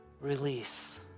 Release